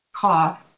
cough